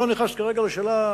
אני לא נכנס כרגע לשאלה,